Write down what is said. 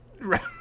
Right